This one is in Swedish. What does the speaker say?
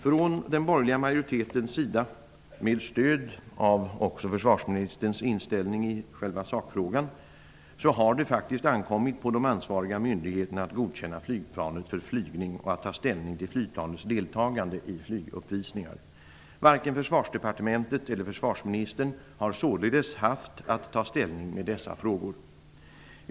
Från den borgerliga majoritetens sida, med stöd av försvarsministerns inställning i själva sakfrågan, anser vi att det faktiskt ankommit på de ansvariga myndigheterna att godkänna flygplanet för flygning och att ta ställning till flygplanets deltagande i flyguppvisningar. Varken försvarsministern eller Försvarsdepartementet har således haft att ta ställning i dessa frågor.